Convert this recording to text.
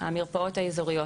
המרפאות האזוריות